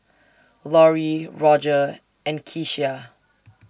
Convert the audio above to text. Lorrie Rodger and Keshia